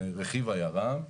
רכיב היר"ם,